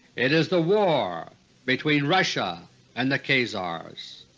it is the war between russia and the khazars.